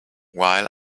while